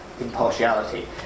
impartiality